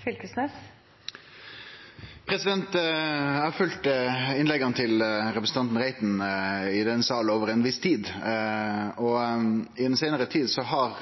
Eg har følgt innlegga til representanten Reiten i denne salen over ei viss tid, og i den seinare tida har